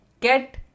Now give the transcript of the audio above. Get